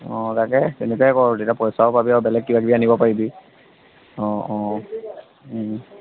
অঁ তাকে তেনেকুৱাই কৰ তেতিয়া পইচাও পাবি আৰু বেলেগ কিবা কিবি আনিব পাৰিবি অঁ অঁ